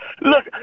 Look